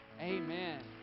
amen